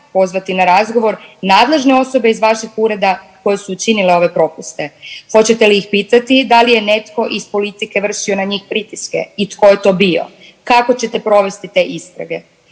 pozvati na razgovor nadležne osobe iz vašeg ureda koje su učinile ove propuste? Hoćete li ih pitati da li je netko iz politike vršio na njih pritiske i tko je to bio? Kako ćete provesti te istrage?